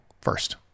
first